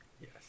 Yes